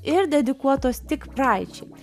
ir dedikuotos tik praeičiai